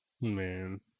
Man